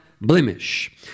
blemish